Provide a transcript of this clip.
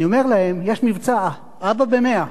אני אומר להם: יש מבצע "אבא במאה".